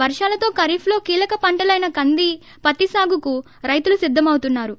వర్షాలతో ఖరీఫ్ లో కీలక పంటలైన కంది పత్తి ేసాగుకు రైతులు సిద్దమవుతున్నారు